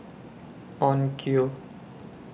Onkyo